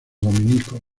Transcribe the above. dominicos